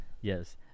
yes